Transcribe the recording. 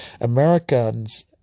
Americans